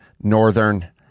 northern –